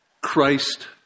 Christ